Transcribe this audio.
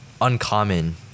uncommon